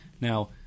Now